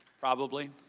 probably.